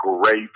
great